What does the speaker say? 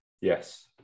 Yes